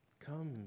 come